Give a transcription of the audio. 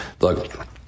look